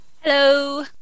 hello